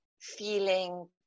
feeling